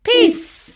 Peace